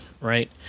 right